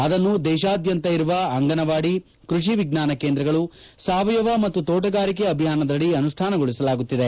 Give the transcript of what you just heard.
ಅದನ್ನು ದೇಶಾದ್ಯಂತ ಇರುವ ಅಂಗನವಾಡಿ ಕೃಷಿ ವಿಜ್ವಾನ ಕೇಂದ್ರಗಳು ಸಾವಯವ ಮತ್ತು ತೋಟಗಾರಿಕೆ ಅಭಿಯಾನದಡಿ ಅನುಷ್ಟಾನಗೊಳಿಸಲಾಗುತ್ತಿದೆ